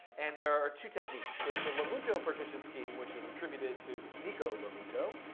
and there are two techniques. there's the lomuto partition scheme, which is attributed to nico lomuto,